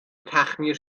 تخمیر